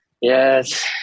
Yes